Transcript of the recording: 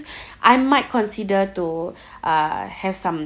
I might consider to uh have some